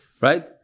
right